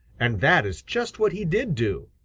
and that is just what he did do.